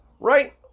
right